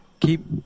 Keep